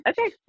Okay